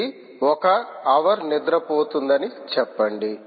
ఇది ఒక హవర్ నిద్రపోతుందని చెప్పండి